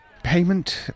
Payment